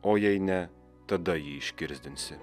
o jei ne tada jį iškirsdinsi